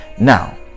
now